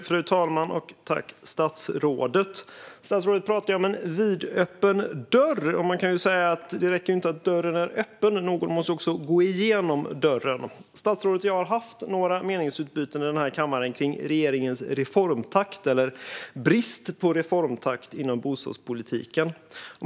Fru talman! Statsrådet talade om en vidöppen dörr. Man kan säga att det inte räcker med att dörren är öppen; någon måste också gå igenom dörren. Statsrådet och jag har haft några meningsutbyten i denna kammare om regeringens reformtakt, eller brist på reformtakt, inom bostadspolitiken.